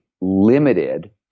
limited